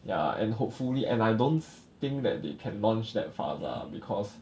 ya and hopefully and I don't think that they can launch that fast ah because